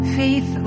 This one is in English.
faith